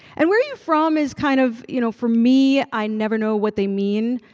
and where are you from is kind of, you know, for me, i never know what they mean,